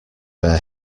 bear